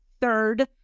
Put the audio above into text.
Third